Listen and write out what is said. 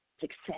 success